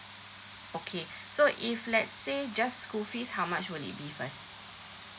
okay so if let's say just school fees how much would it be first